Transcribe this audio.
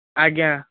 ଆଜ୍ଞା